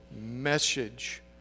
message